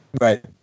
Right